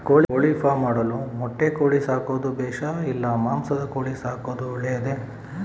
ಕೋಳಿಫಾರ್ಮ್ ಮಾಡಲು ಮೊಟ್ಟೆ ಕೋಳಿ ಸಾಕೋದು ಬೇಷಾ ಇಲ್ಲ ಮಾಂಸದ ಕೋಳಿ ಸಾಕೋದು ಒಳ್ಳೆಯದೇ?